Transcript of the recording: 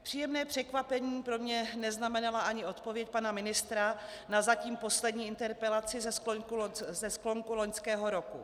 Příjemné překvapení pro mne neznamenala ani odpověď pana ministra na zatím poslední interpelaci ze sklonku loňského roku.